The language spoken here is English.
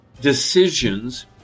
decisions